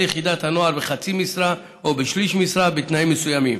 יחידת הנוער בחצי משרה או בשליש משרה בתנאים מסוימים.